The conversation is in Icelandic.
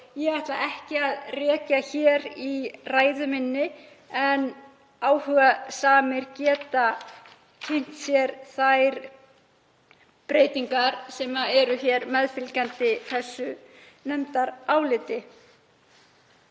Ég ætla ekki að rekja þær í ræðu minni en áhugasamir geta kynnt sér þær breytingar sem eru meðfylgjandi í þessu nefndaráliti.